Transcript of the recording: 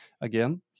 Again